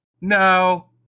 No